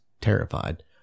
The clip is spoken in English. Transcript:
terrified